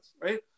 right